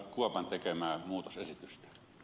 kuopan tekemää muutosehdotusta